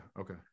okay